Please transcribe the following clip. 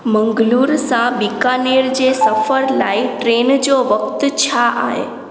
मंगलूर सां बीकानेर जे सफ़र लाइ ट्रेन जो वक़्ति छा आहे